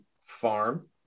farm